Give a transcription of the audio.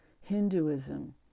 Hinduism